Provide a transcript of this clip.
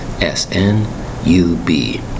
S-N-U-B